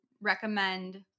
recommend